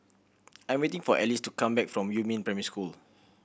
I'm waiting for Ellis to come back from Yumin Primary School